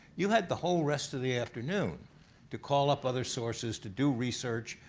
you had the whole rest of the afternoon to call up other sources, to do research,